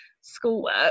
schoolwork